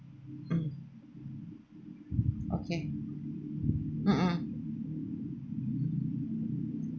mm okay mm mm